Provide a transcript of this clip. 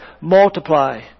multiply